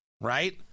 Right